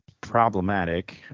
problematic